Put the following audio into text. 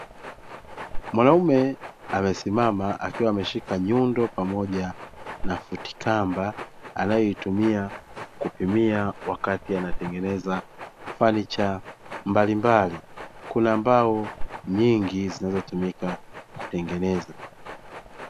Mwanaume amesimama akiwa ameshika nyundo pamoja na futikamba anayoitumia kupimia wakati anatengeneza fanicha mbalimbali kuna mbao nyingi zinazotumika kutengeneza.